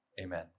Amen